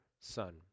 son